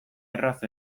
erraz